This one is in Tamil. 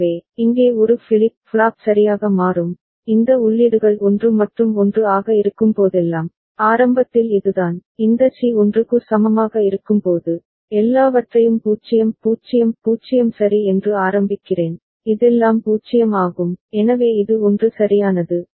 எனவே இங்கே ஒரு ஃபிளிப் ஃப்ளாப் சரியாக மாறும் இந்த உள்ளீடுகள் 1 மற்றும் 1 ஆக இருக்கும்போதெல்லாம் ஆரம்பத்தில் இதுதான் இந்த சி 1 க்கு சமமாக இருக்கும்போது எல்லாவற்றையும் 0 0 0 சரி என்று ஆரம்பிக்கிறேன் இதெல்லாம் 0 ஆகும் எனவே இது 1 சரியானது